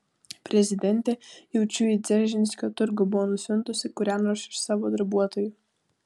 prezidentė jaučiu į dzeržinskio turgų buvo nusiuntusi kurią nors iš savo darbuotojų